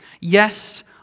Yes